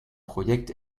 projekt